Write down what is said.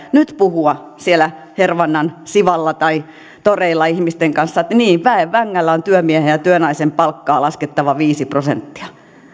nyt puhua siellä hervannan siwalla tai toreilla ihmisten kanssa että niin väen vängällä on työmiehen ja työnaisen palkkaa laskettava viisi prosenttia